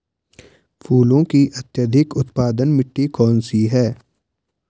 फूलों की अत्यधिक उत्पादन मिट्टी कौन सी है?